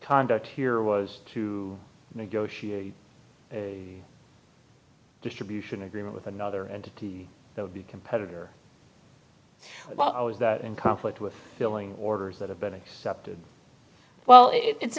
conduct here was to negotiate a distribution agreement with another entity that would be competitor well i was in conflict with filling orders that have been accepted well it's